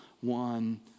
one